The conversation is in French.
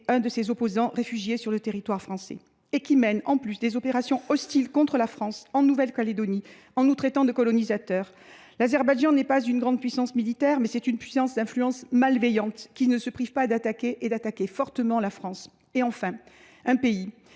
notoire au régime, réfugié sur le territoire français. Qui plus est, cet État mène des opérations hostiles contre la France en Nouvelle Calédonie, en nous traitant de colonisateurs. L’Azerbaïdjan n’est pas une grande puissance militaire, mais c’est une puissance d’influence malveillante qui ne se prive pas d’attaquer fortement la France. Enfin, ce pays